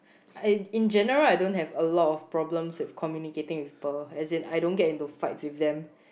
I in general I don't have a lot of problems with communicating with people as in I don't get into fight with them